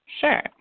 sure